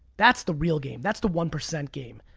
that's the real game. that's the one percent game.